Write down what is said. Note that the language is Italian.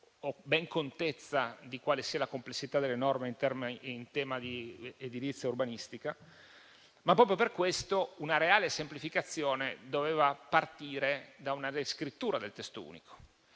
ho ben contezza di quale sia la complessità delle norme in tema di edilizia e urbanistica. Proprio per questo, però, una reale semplificazione doveva partire da una riscrittura del testo unico,